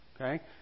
okay